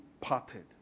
parted